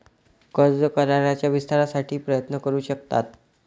कर्ज कराराच्या विस्तारासाठी प्रयत्न करू शकतात